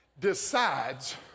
decides